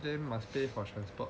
then must pay for transport